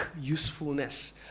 usefulness